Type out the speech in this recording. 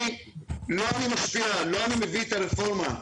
לא אני מביא את הרפורמה.